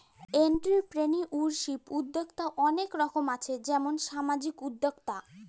entrepreneurship উদ্যক্তা অনেক রকম আছে যেমন সামাজিক উদ্যোক্তা